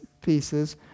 pieces